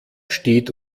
steht